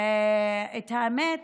האמת,